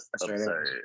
absurd